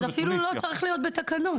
--- זה אפילו לא צריך להיות בתקנות.